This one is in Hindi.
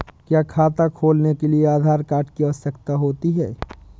क्या खाता खोलने के लिए आधार कार्ड की आवश्यकता होती है?